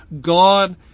God